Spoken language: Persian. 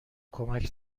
کمک